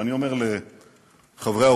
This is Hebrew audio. ואני אומר לחברי האופוזיציה: